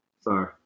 Sorry